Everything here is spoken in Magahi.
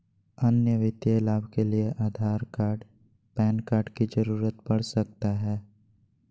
अन्य वित्तीय लाभ के लिए आधार कार्ड पैन कार्ड की जरूरत पड़ सकता है?